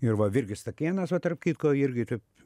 ir va virgis stakėnas va tarp kitko irgi taip